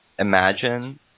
imagine